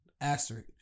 Asterisk